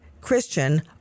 Christian